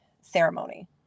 ceremony